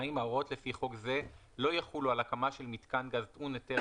ההוראות לפי חוק זה לא יחולו על הקמה של מיתקן גז טעון היתר